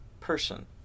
person